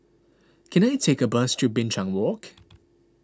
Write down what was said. can I take a bus to Binchang Walk